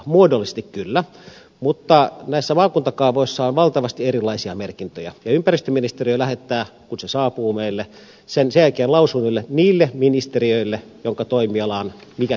muodollisesti kyllä mutta näissä maakuntakaavoissa on valtavasti erilaisia merkintöjä ja ympäristöministeriö lähettää kun se saapuu meille sen sen jälkeen lausuville niille ministeriöille joiden toimialaan mikäkin merkintä kuuluu